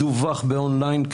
מדווח באון ליין,